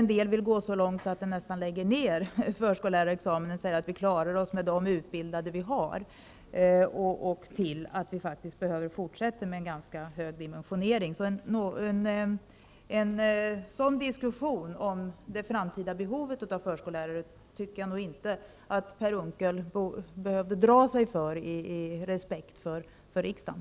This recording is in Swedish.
En del vill nästan gå så långt som att säga att man skall lägga ner denna utbildning och att vi klarar oss med de utbildade förskollärare som finns. Andra menar att vi även i fortsättningen behöver en stor dimensionering. En sådan diskussion om det framtida behovet av förskollärare tycker jag inte att Per Unckel behövde dra sig för, av respekt för riksdagen.